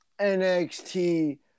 NXT